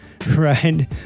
Right